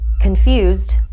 Confused